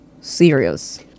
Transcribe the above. serious